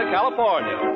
California